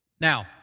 Now